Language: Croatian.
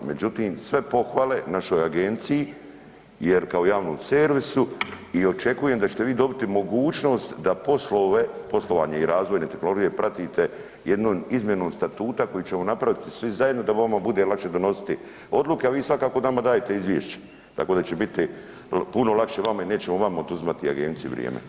Međutim, sve pohvale našoj agenciji kao javnom servisu i očekujem da ćete vi dobiti mogućnost da poslovanje i razvojne tehnologije pratite jednom izmjenom statuta koji ćemo napraviti svi zajedno da vama bude lakše donositi odluke, a vi nama svakako dajte izvješće tako da će biti puno lakše vama i nećemo vama oduzimati i agenciji vrijeme.